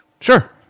Sure